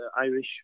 Irish